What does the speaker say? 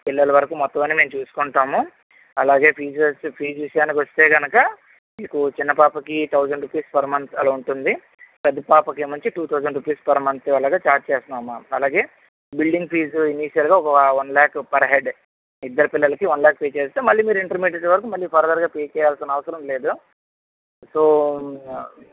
పిల్లల వరకు మొత్తం అన్ని మేము చేసుకుంటాము అలాగే ఫీజెస్ ఫీజు విషయానికి వస్తే గనక మీకు చిన్న పాపకి తౌసండ్ రూపీస్ పర్ మంత్ అలా ఉంటుంది పెద్ద పాపకి ఏమొ వచ్చి two thousand rupees per month అలాగ ఛార్జ్ చేస్తున్నం అలాగే బిల్డింగ్ ఫీజు ఇనీషియల్ గా వన్ లాక్ పర్ హెడ్ ఇద్దరి పిల్లలకి వన్ లాక్ పే చేసేస్తే మళ్ళి మీరు ఇంటర్మీడియట్ వరకు ఫర్దర్ గా పే చేయాల్సిన ఆవరసరం లేదు సో